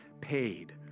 paid